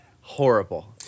horrible